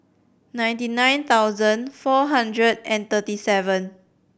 ninety nine thousand four hundred and thirty seven